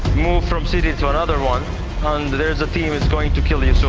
move from city to another one and there's a team is going to kill you so